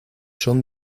son